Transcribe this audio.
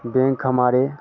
bank हमारे